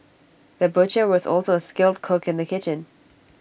the butcher was also A skilled cook in the kitchen